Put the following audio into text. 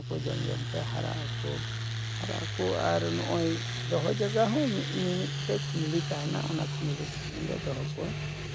ᱚᱱᱟᱠᱚ ᱡᱚᱢ ᱡᱚᱢᱛᱮ ᱦᱟᱨᱟᱜᱼᱟᱠᱚ ᱦᱟᱨᱟᱜᱼᱟᱠᱚ ᱟᱨ ᱱᱚᱜᱼᱚᱭ ᱫᱚᱦᱚ ᱡᱟᱭᱜᱟ ᱦᱚᱸ ᱢᱤᱼᱢᱤᱫᱴᱮᱡ ᱠᱷᱩᱸᱫᱽᱲᱤ ᱛᱟᱦᱮᱱᱟ ᱚᱱᱟ ᱠᱷᱩᱸᱫᱽᱲᱤ ᱨᱮᱜᱮ ᱞᱮ ᱫᱚᱦᱚ ᱠᱚᱣᱟ